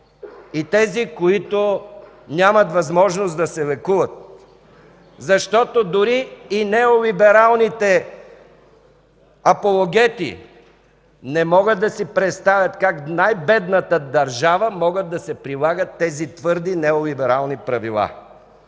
и тези, които нямат възможност да се лекуват, защото дори и неолибералните апологети не могат да си представят как в най-бедната държава могат да се прилагат тези твърди неолиберални правила;